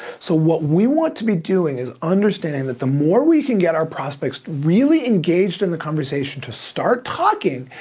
so what we want to be doing is understanding that the more we can get our prospects really engaged in the conversation to start talking,